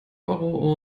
euro